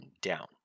down